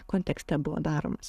kontekste buvo daromas